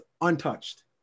untouched